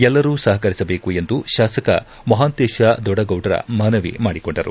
ಎಲ್ಲರೂ ಸಹಕರಿಸಬೇಕು ಎಂದು ಶಾಸಕ ಮಹಾಂತೇಶ ದೊಡಗೌಡ್ರ ಮನವಿ ಮಾಡಿಕೊಂಡರು